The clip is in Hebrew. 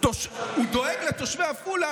הוא דואג לתושבי עפולה,